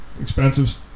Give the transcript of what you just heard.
Expensive